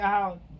out